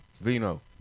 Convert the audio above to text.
Vino